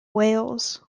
wales